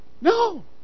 No